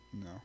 No